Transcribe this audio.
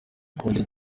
kongera